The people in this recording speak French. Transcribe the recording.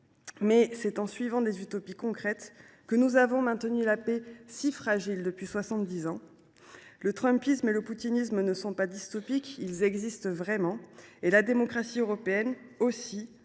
C’est en suivant des utopies concrètes que nous avons maintenu la paix, si fragile, depuis soixante dix ans. Le trumpisme et le poutinisme ne sont pas dystopiques, ils existent réellement. La démocratie européenne,